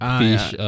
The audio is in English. fish